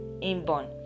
inborn